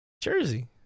jersey